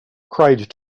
cried